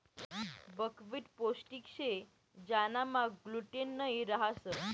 buckwheat पोष्टिक शे ज्यानामा ग्लूटेन नयी रहास